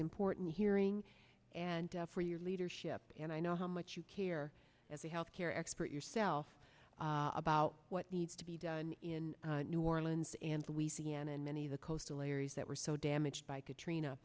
important hearing and for your leadership and i know how much you care as a health care expert yourself about what needs to be done in new orleans and louisiana and many of the coastal areas that were so damaged by katrina